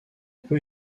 peut